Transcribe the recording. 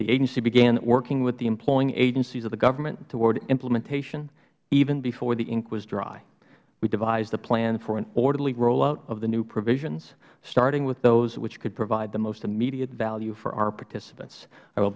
the agency began working with the employing agencies of the government toward implementation even before the ink was dry we devised a plan for an orderly rollout of the new provisions starting with those which could provide the most immediate value for our participants i will